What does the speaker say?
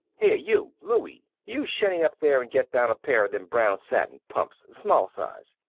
here you, louie, you shinny up there and get down a pair of them brown satin pumps, small size.